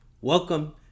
Welcome